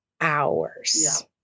hours